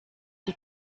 die